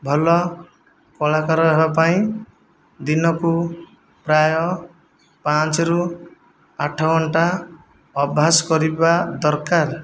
ଭଲ କଳାକାର ହେବା ପାଇଁ ଦିନକୁ ପ୍ରାୟ ପାଞ୍ଚରୁ ଆଠ ଘଣ୍ଟା ଅଭ୍ୟାସ କରିବା ଦରକାର